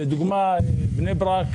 לדוגמה בני ברק,